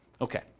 Okay